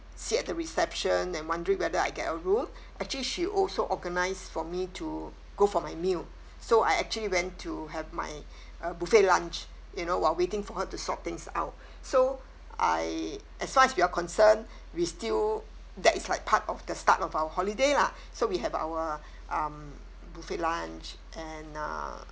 sit at the reception and wondering whether I get a room actually she also organised for me to go for my meal so I actually went to have my uh buffet lunch you know while waiting for her to sort things out so I as far as we are concerned we still that is like part of the start of our holiday lah so we have our um buffet lunch and uh